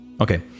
okay